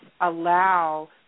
allow